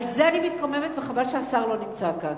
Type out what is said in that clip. על זה אני מתקוממת, וחבל שהשר לא נמצא כאן.